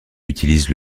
utilise